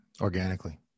organically